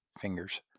fingers